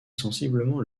sensiblement